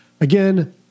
Again